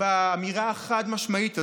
באמירה החד-משמעית הזאת.